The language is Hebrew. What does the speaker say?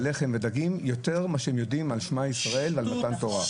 לחם ודגים יותר מאשר הם יודעים על שמע ישראל ועל מתן תורה.